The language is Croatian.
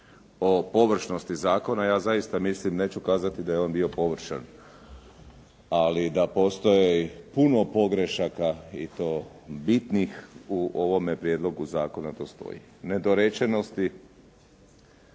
o površnosti zakona, ja zaista mislim, neću kazati da je on bio površan, ali da postoji puno pogrešaka i to bitnih u ovome prijedlogu zakona, to stoji, nedorečenosti.